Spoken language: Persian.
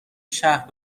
شهر